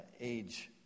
age